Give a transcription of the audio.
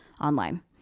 online